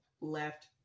left